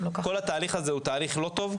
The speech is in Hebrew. כל התהליך הזה הוא תהליך לא טוב.